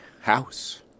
house